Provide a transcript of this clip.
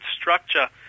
structure